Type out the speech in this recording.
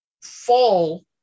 fall